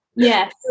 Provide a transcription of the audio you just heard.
Yes